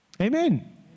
Amen